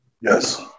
Yes